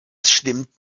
stimmt